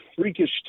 freakish